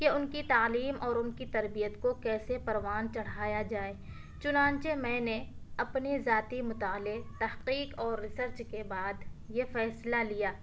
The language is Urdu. کہ ان کی تعلیم اور ان کی تربیت کو کیسے پروان چڑھایا جائے چنانچہ میں نے اپنے ذاتی مطالعے تحقیق اور ریسرچ کے بعد یہ فیصلہ لیا